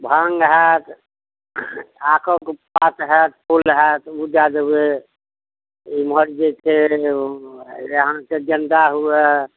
भाङ्ग हैत आकके पात हैत फूल हैत उ दए देबय इमहर जे छै अहाँके गेन्दा हुवए